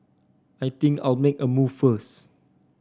I think I'll make a move first